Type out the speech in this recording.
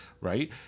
Right